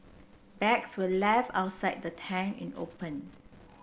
bags were left outside the tent in open